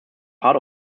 part